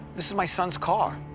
this is my son's car.